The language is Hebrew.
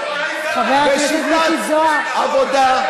חבר הכנסת מיקי זוהר,